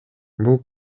бул